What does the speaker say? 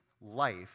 life